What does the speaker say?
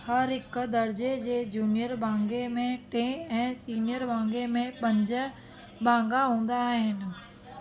हर हिकु दर्ज़े जे जूनियर भाङे में टे ऐं सीनियर भाङे में पंज भाङा हूंदा आहिनि